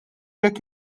jekk